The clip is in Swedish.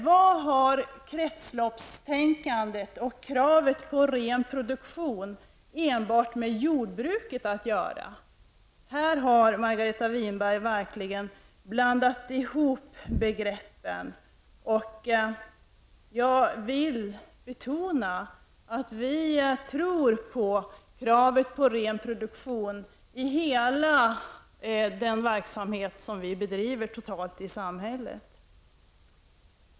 Vad har kretsloppstänkandet och kravet på ren produktion enbart med jordbruket att göra? Här har Margareta Winberg verkligen blandat ihop begreppen. Jag vill betona att vi tror på kravet på ren produktion och att det skall omfatta hela den verksamhet som bedrivs i samhället.